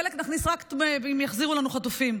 דלק נכניס רק אם יחזירו לנו חטופים.